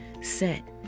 set